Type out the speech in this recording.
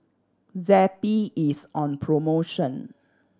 Zappy is on promotion